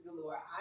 Galore